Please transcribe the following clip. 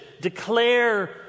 declare